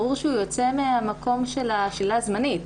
ברור שהוא יוצא מהמקום של השלילה הזמנית.